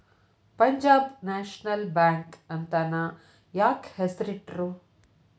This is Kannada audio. ಪಂಜಾಬ್ ನ್ಯಾಶ್ನಲ್ ಬ್ಯಾಂಕ್ ಅಂತನ ಯಾಕ್ ಹೆಸ್ರಿಟ್ರು?